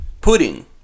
Pudding